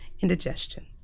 indigestion